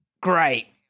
Great